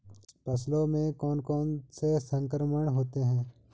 फसलों में कौन कौन से संक्रमण होते हैं?